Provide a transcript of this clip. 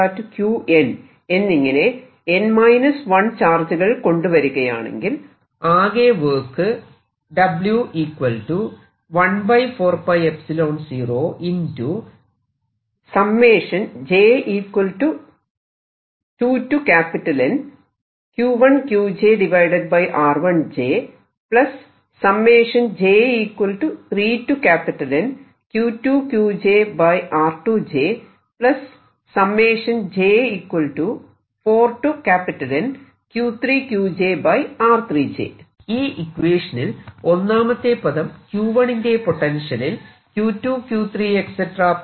QN എന്നിങ്ങനെ N 1 ചാർജുകൾ കൊണ്ടുവരികയാണെങ്കിൽ ആകെ വർക്ക് ഈ ഇക്വേഷനിൽ ഒന്നാമത്തെ പദം Q1 ന്റെ പൊട്ടൻഷ്യലിൽ Q2 Q3 Q4